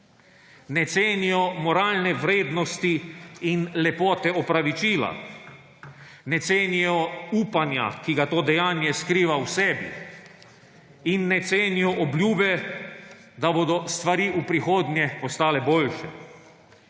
Ne cenijo moralne vrednosti in lepote opravičila, ne cenijo upanja, ki ga to dejanje skriva v sebi, in ne cenijo obljube, da bodo stvari v prihodnje postale boljše.